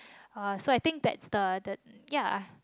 uh so I think that's the the ya